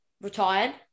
retired